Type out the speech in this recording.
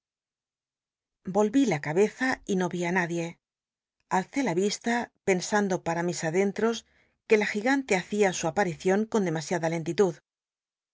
volví la c rbeza y no i'í i nadie alcé la rista pensando mt'a mis adentros que la gigante hacia su apal'icion con demasiada len